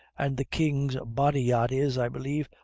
and the king's body yacht is, i believe,